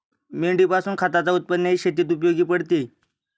मेंढीपासून खताच उत्पन्नही शेतीत उपयोगी पडते